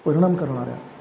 परिणाम करणाऱ्या